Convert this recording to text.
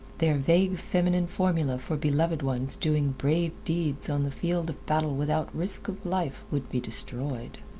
their vague feminine formula for beloved ones doing brave deeds on the field of battle without risk of life would be destroyed.